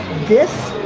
this,